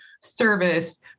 service